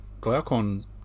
Glaucon